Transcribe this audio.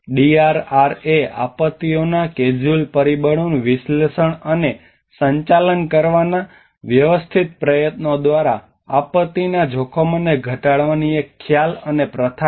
DRR એ આપત્તિઓના casual પરિબળોનું વિશ્લેષણ અને સંચાલન કરવાના વ્યવસ્થિત પ્રયત્નો દ્વારા આપત્તિના જોખમોને ઘટાડવાની એક ખ્યાલ અને પ્રથા છે